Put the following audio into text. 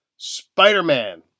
Spider-Man